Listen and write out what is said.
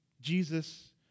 Jesus